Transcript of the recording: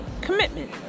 Commitment